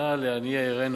ובראשונה לעניי עירנו.